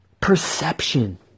Perception